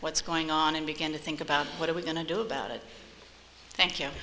what's going on and begin to think about what are we going to do about it thank you